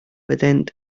byddent